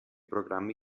programmi